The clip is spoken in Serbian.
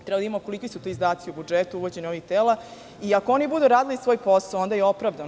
Treba da vidimo koliki su ti izdaci u budžetu, uvođenje ovih tela, i ako oni budu radili svoj posao, onda je opravdano.